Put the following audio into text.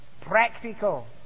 Practical